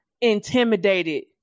intimidated